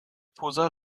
posa